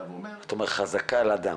בא ואומר --- אתה אומר חזקה על אדם.